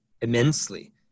immensely